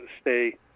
stay